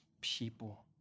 people